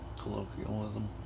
Colloquialism